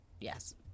Yes